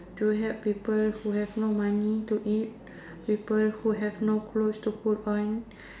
to help people who have no money to eat people who have no clothes to put on